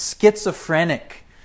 schizophrenic